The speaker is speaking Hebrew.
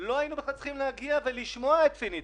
לא היינו בכלל צריכים להגיע ולשמוע את "פניציה".